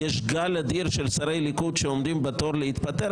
יש גל אדיר של שרי ליכוד שעומדים בתור להתפטר?